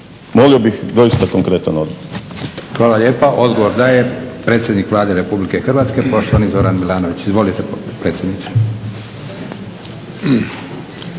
Molio bih doista konkretan odgovor. **Leko, Josip (SDP)** Hvala lijepa. Odgovor daje predsjednik Vlade Republike Hrvatske, poštovani Zoran Milanović. Izvolite predsjedniče.